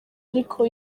ariko